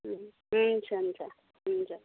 हुन्छ हुन्छ हुन्छ